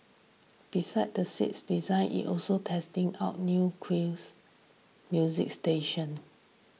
besides the seats designs it also testing out new queues music station